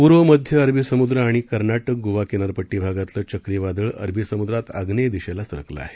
पूर्व मध्य अरबी समुद्र आणि कर्नाटक गोवा किनारपट्टी भागातलं चक्रीवादळ अरबी समुद्रात आग्नेय दिशेला सरकलं आहे